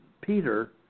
Peter